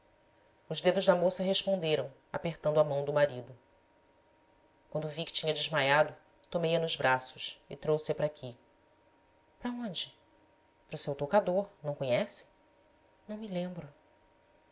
os dedos da moça responderam apertando a mão do ma rido quando vi que tinha desmaiado tomei a nos braços e trouxe-a para aqui para onde para seu toucador não conhece não me lembro